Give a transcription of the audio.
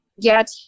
get